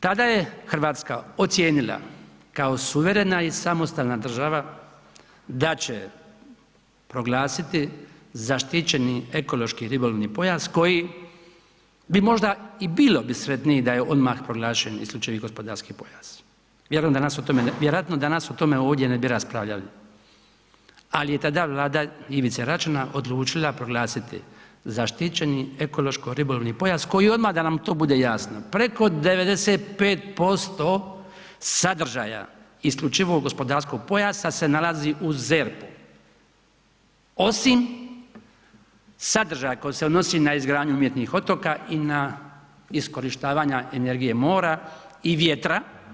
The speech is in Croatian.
Tada je Hrvatska ocijenila kao suverena i samostalna država da će proglasiti zaštićeni ekološki ribolovni pojas koji bi možda ... da je odmah proglašen isključivi gospodarski pojas, vjerojatno danas o tome ovdje ne bi raspravljali ali je tada Vlada Ivice Račana odlučila proglasiti zaštićeni ekološko ribolovni pojas, koji odmah da nam to bude jasno, preko 95% sadržaja isključivog gospodarskog pojasa se nalazi u ZERP-u osim sadržaja koji se odnosi na izgradnju umjetnih otoka i na iskorištavanja energije mora i vjetra.